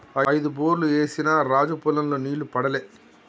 ఐదు బోర్లు ఏసిన రాజు పొలం లో నీళ్లు పడలే